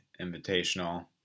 Invitational